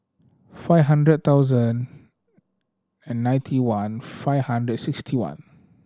five hundred thousand and ninety one five hundred sixty one